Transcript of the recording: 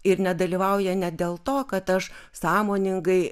ir nedalyvauja ne dėl to kad aš sąmoningai